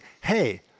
Hey